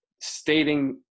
stating